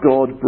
God